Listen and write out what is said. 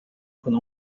可能